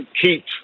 keep